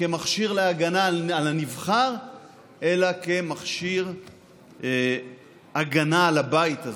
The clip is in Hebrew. כמכשיר להגנה על הנבחר אלא כמכשיר הגנה על הבית הזה,